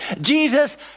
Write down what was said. Jesus